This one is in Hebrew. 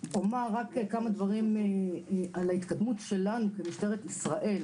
אומר רק כמה דברים על ההתקדמות שלנו כמשטרת ישראל,